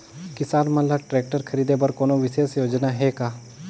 किसान मन ल ट्रैक्टर खरीदे बर कोनो विशेष योजना हे का?